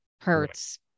hurts